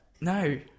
no